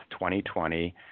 2020